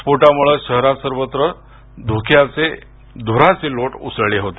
स्फोटामुळ शहरात सर्वत्र धुराचे लोट उसळले होत्ते